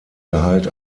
gehalt